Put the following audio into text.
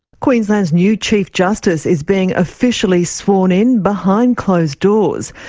queensland's new chief justice is being officially sworn in behind closed doors.